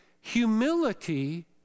humility